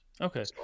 okay